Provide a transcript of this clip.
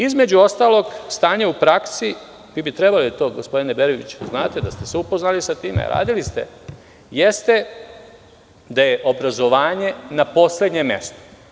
Između ostalog, stanje u praksi, vi bi to trebali da znate, gospodine Verbiću, da ste upoznati s time, radili ste, jeste da je obrazovanje na poslednjem mestu.